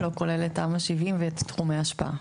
לא כולל את תמ"א 70 ואת תחומי ההשפעה.